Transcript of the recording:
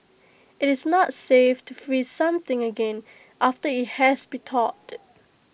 IT is not safe to freeze something again after IT has been thawed